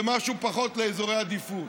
ומשהו פחות לאזורי עדיפות,